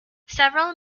several